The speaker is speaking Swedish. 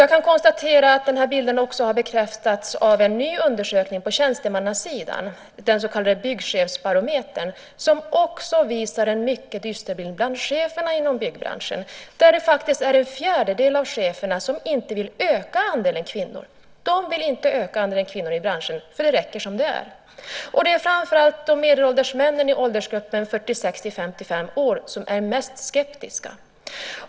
Jag kan konstatera att den här bilden också har bekräftats av en ny undersökning på tjänstemannasidan, den så kallade byggchefsbarometern, som också visar på en mycket dyster bild bland cheferna inom byggbranschen. Det är faktiskt en fjärdedel av cheferna som inte vill öka andelen kvinnor i branschen därför att de tycker att det räcker som det är. Det är framför allt de medelålders männen i åldersgruppen 46-55 år som är mest skeptiska.